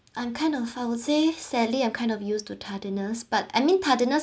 I'm kind of I would say sadly I'm kind of used to tardiness but I mean tardiness